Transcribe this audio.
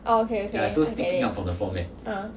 orh okay okay okay uh